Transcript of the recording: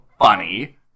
funny